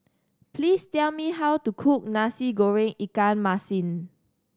please tell me how to cook Nasi Goreng ikan masin